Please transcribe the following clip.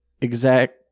exact